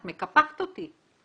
את מקפחת אותי,